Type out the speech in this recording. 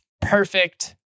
perfect